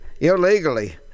illegally